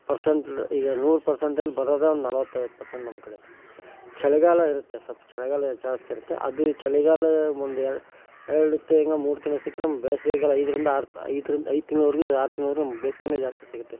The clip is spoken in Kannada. ಪರ್ಸಂಟ್ ಈಗ ನೂರು ಪರ್ಸಂಟಲ್ಲಿ ಬರೋದೆ ಒಂದು ನಲವತ್ತೈದು ಪರ್ಸಂಟ್ ನಮ್ಮ ಕಡೆ ಚಳಿಗಾಲ ಇರುತ್ತೆ ಸ್ವಲ್ಪ ಚಳಿಗಾಲ ಜಾಸ್ತಿ ಇರುತ್ತೆ ಅದು ಚಳಿಗಾಲ ಮುಂದೆ ಎರಡು ತಿಂಗ್ಳು ಮೂರು ತಿಂಗ್ಳು ಸಿಕ್ಕರೆ ಬೇಸಿಗೆ ಕಾಲ ಐದರಿಂದ ಆರು ಐದ್ರಿಂದ ಐದು ತಿಂಗಳ್ವರೆಗೂ ಆರು ತಿಂಗಳ್ವರೆಗೂ ಬೇಸಿಗೆಯೇ ಜಾಸ್ತಿ ಸಿಗುತ್ತೆ